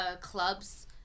clubs